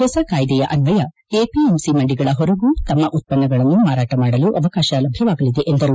ಹೊಸ ಕಾಯ್ದೆಯ ಅಸ್ವಯ ಎಪಿಎಂಸಿ ಮಂಡಿಗಳ ಹೊರಗೂ ತಮ್ಮ ಉತ್ಪನ್ನಗಳನ್ನು ಮಾರಾಟ ಮಾಡಲು ಅವಕಾಶ ಲಭ್ಧವಾಗಲಿದೆ ಎಂದರು